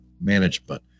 Management